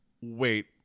wait